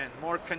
more